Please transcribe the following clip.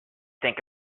think